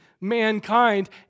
mankind